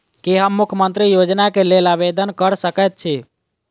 की हम मुख्यमंत्री योजना केँ लेल आवेदन कऽ सकैत छी?